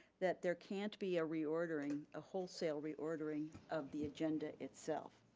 that there can't be a reordering, a wholesale reordering of the agenda itself.